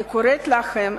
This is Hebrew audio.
אני קוראת לכם,